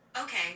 Okay